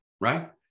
right